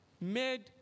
made